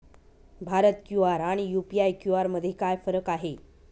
Bharat QR आणि UPI QR मध्ये काय फरक आहे?